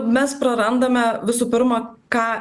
mes prarandame visų pirma ką